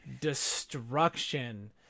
destruction